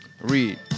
read